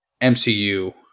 MCU